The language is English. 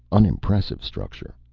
unimpressive structure.